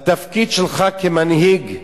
התפקיד שלך כמנהיג,